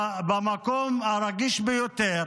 במקום הרגיש ביותר